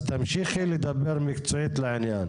אז תמשיכי לדבר מקצועית לעניין.